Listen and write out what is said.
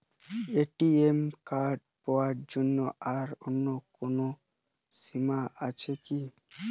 ATM card পাওয়ার জন্য আয়ের কোনো সীমা আছে কি?